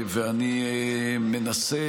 ואני מנסה